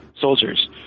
soldiers